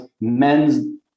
men's